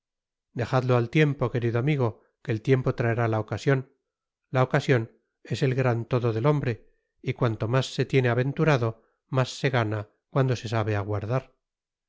dejadlo al tiempo querido amigo que el tiempo traerá la ocasion la ocasion es el gran todo del nombre y cuanto mas se tiene aventurado mas se gana cuando se sabe aguardar